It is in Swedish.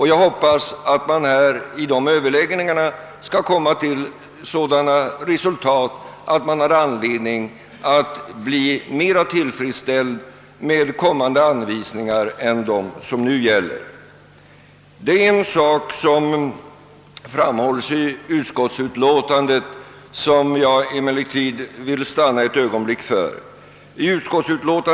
Jag hoppas att man under dessa överläggningar skall komma fram till sådana resultat, att man har anledning att bli mera tillfredställd med kommande anvisningar än med dem som nu gäller. Utskottsbetänkandet framhåller en sak som jag gärna vill stanna ett ögonblick inför.